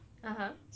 (uh huh)